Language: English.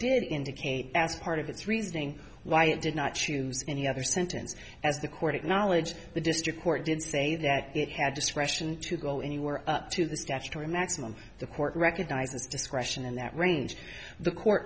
did indicate as part of its reasoning why it did not choose any other sentence as the court acknowledged the district court did say that it had discretion to go anywhere up to the statutory maximum the court recognizes discretion in that range the court